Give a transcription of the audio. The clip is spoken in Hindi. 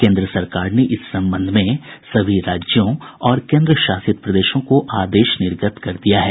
केन्द्र सरकार ने इस संबंध में सभी राज्यों और केंद्रशासित प्रदेशों को आदेश निर्गत कर दिया है